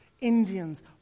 Indians